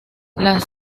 las